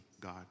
God